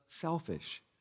selfish